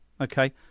Okay